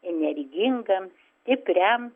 energingam stipriam